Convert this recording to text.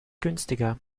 günstiger